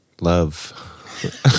Love